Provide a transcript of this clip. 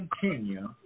continue